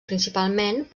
principalment